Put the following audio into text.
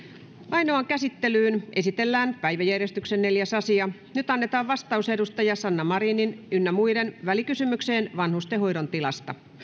ainoaan käsittelyyn esitellään päiväjärjestyksen neljäs asia nyt annetaan vastaus sanna marinin ynnä muuta välikysymykseen vanhusten hoidon tilasta